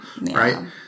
right